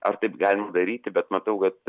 ar taip galima daryti bet matau kad